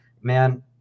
man